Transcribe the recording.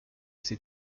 ses